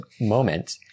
moment